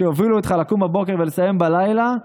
שהובילו אותך לקום בבוקר ולסיים בלילה,